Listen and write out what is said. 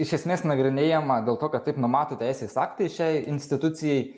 iš esmės nagrinėjama dėl to kad taip numato teisės aktai šiai institucijai